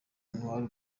ntawari